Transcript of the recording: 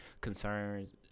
concerns